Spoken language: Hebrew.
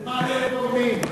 מעלה-אדומים,